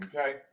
okay